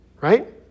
right